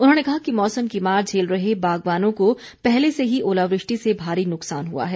उन्होंने कहा कि मौसम की मार झेल रहे बागवानों को पहले से ही ओलावृष्टि से भारी नुकसान हुआ है